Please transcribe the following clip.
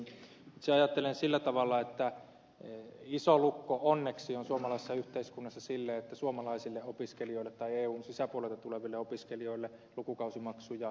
itse ajattelen sillä tavalla että iso lukko onneksi on suomalaisessa yhteiskunnassa sille että suomalaisille opiskelijoille tai eun sisältä tuleville opiskelijoille lukukausimaksuja asetettaisiin